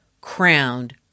crowned